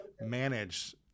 manage